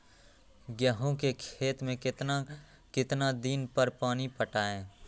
गेंहू के खेत मे कितना कितना दिन पर पानी पटाये?